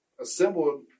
assembled